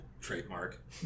trademark